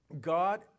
God